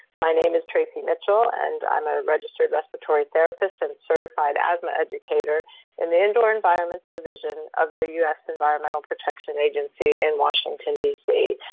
my name is tracey mitchell, and i'm a registered respiratory therapist and certified asthma educator in the indoor environments division of the u s. environmental protection agency in washington, d c,